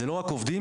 זה לא רק עובדים,